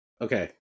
okay